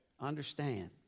Understand